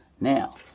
Now